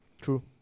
True